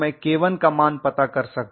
तो मैं K1 का मान पता कर सकता हूँ